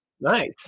Nice